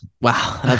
wow